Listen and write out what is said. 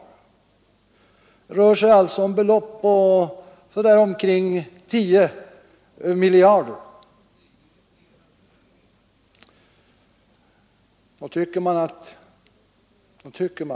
Det rör sig alltså om kostnader på så där omkring 10 miljarder kronor.